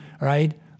right